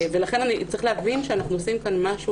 לכן צריך להבין שאנחנו עושים פה משהו